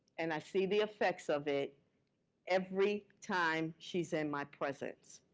and i see the effects of it every time she's in my presence.